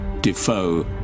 Defoe